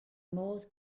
modd